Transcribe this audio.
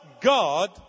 God